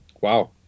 wow